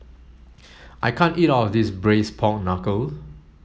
I can't eat all of this braise pork knuckle